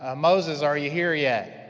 ah moses are you here yet?